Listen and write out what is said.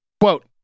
Quote